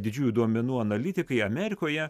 didžiųjų duomenų analitikai amerikoje